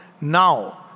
now